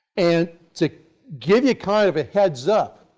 and to give you kind of a heads up,